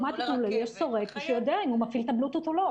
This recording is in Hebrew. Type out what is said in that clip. יש סורק שיודע אם הוא מפעיל את הבלוטות' או לא.